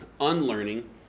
unlearning